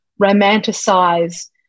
romanticize